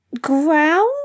ground